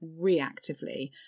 reactively